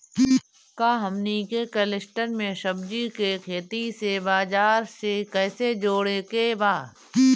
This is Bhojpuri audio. का हमनी के कलस्टर में सब्जी के खेती से बाजार से कैसे जोड़ें के बा?